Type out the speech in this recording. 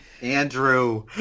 Andrew